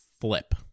flip